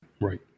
Right